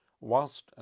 whilst